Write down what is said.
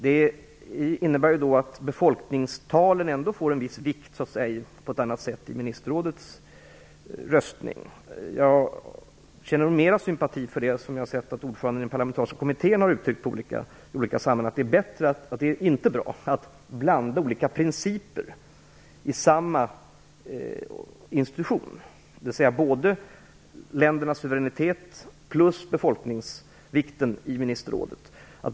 Det innebär ju att befolkningstalen får en viss vikt på ett annat sätt i ministerrådets röstning. Jag känner nog mer sympati för det som jag har sett att ordföranden i den parlamentariska kommittén har uttryckt i olika sammanhang, att det inte är bra att blanda olika principer i samma institution, dvs. både ländernas suveränitet och befolkningsvikten i ministerrådet.